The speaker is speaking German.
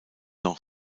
noch